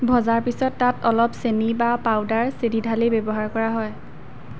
ভজাৰ পিছত তাত অলপ চেনি বা পাউডাৰ চেনি ঢালি ব্যৱহাৰ কৰা হয়